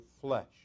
flesh